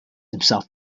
himself